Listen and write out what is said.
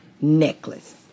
necklace